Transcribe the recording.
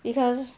because